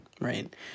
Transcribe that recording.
Right